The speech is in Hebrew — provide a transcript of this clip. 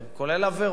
כולל עבירות,